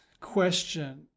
question